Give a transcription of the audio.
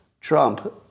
Trump